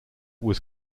was